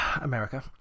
america